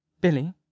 Billy